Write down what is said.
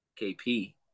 KP